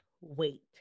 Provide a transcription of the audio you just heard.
wait